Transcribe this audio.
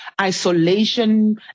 isolation